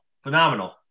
phenomenal